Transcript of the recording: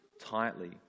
tightly